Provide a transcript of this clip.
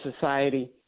Society